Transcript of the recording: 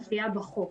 זה מופיע בחוק,